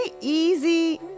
easy